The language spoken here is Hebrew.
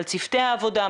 לגבי צוותי העבודה,